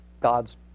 God's